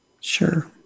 Sure